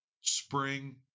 spring